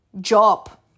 job